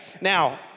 Now